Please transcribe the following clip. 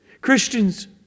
Christians